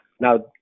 Now